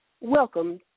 Welcome